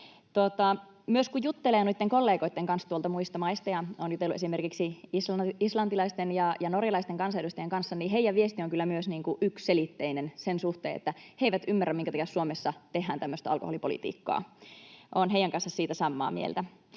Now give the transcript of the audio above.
Myös kun juttelee noitten kollegoitten kanssa tuolta muista maista — olen jutellut esimerkiksi islantilaisten ja norjalaisten kansanedustajien kanssa — niin heidän viestinsä on kyllä myös yksiselitteinen sen suhteen, että he eivät ymmärrä, minkä takia Suomessa tehdään tämmöistä alkoholipolitiikkaa. Olen heidän kanssaan siitä samaa mieltä.